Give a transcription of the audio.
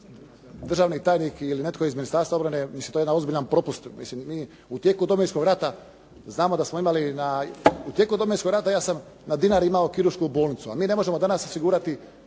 državni tajnik ili netko iz Ministarstva obrane, mislim da je to jedan ozbiljan propust. Mislim, mi u tijeku Domovinskog rata ja sam na Dinari imao kiruršku bolnicu, a mi ne možemo danas osigurati